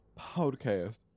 podcast